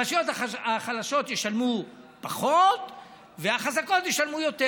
הרשויות החלשות ישלמו פחות והחזקות ישלמו יותר,